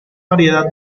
variedad